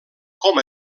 com